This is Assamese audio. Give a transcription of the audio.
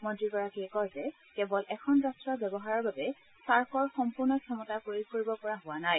মন্ত্ৰীগৰাকীয়ে কয় যে কেৱল এখন ৰট্টৰ ব্যৱহাৰৰ বাবে চাৰ্কৰ সম্পূৰ্ণ ক্ষমতা প্ৰয়োগ কৰিব পৰা হোৱা নাই